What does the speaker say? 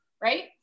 right